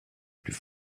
plus